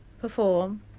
perform